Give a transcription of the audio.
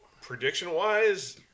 prediction-wise